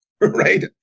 Right